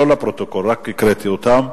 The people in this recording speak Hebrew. לא לפרוטוקול, רק הקראתי אותן.